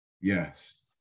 Yes